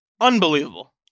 Unbelievable